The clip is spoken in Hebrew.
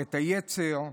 את היצר,